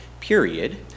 Period